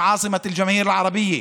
נצרת היא עיר הבירה של הציבור הערבי.